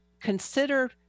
consider